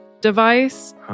device